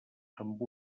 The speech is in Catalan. amb